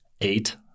eight